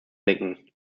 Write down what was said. blicken